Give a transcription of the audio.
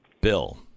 Bill